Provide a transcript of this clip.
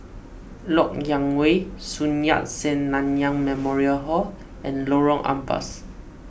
Lok Yang Way Sun Yat Sen Nanyang Memorial Hall and Lorong Ampas